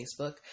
Facebook